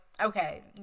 Okay